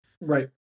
Right